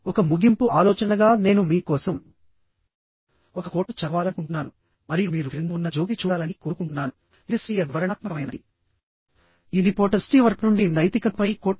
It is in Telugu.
ఒక ముగింపు ఆలోచనగా నేను మీ కోసం ఒక కోట్ను చదవాలనుకుంటున్నాను మరియు మీరు క్రింద ఉన్న జోక్ని చూడాలని కోరుకుంటున్నాను ఇది స్వీయ వివరణాత్మకమైనది ఇది పోటర్ స్టీవర్ట్ నుండి నైతికతపై కోట్